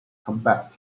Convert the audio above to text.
combat